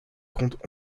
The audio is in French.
comptent